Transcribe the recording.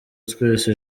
twese